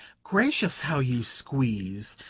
gracious, how you squeeze!